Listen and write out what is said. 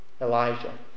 Elijah